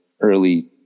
early